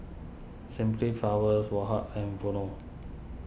Simply Flowers Woh Hup and Vono